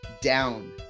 Down